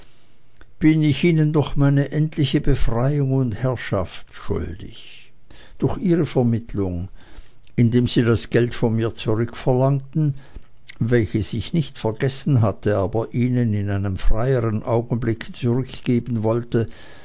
bin ich ihnen doch meine endliche befreiung und herrschaft schuldig durch ihre vermittlung indem sie das geld von mir zurückverlangten welches ich nicht vergessen hatte aber ihnen in einem freiern augenblicke zurückgeben wollte